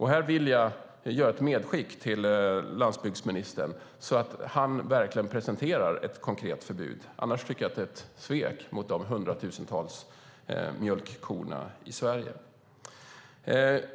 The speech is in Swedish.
Här gör jag ett medskick till landsbygdsministern så att han verkligen presenterar ett konkret förbud. Annars tycker jag att det är ett svek mot de hundratusentals mjölkkorna i Sverige.